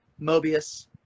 Mobius